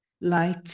light